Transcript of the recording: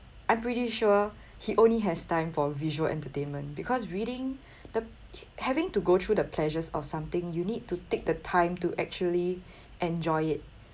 I'm pretty sure he only has time for visual entertainment because reading the having to go through the pleasures of something you need to take the time to actually enjoy it